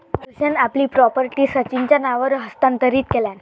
सुरेशान आपली प्रॉपर्टी सचिनच्या नावावर हस्तांतरीत केल्यान